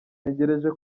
ntegereje